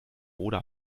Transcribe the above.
oder